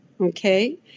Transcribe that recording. okay